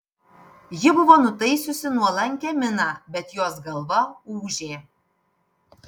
ji buvo nutaisiusi nuolankią miną bet jos galva ūžė